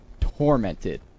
tormented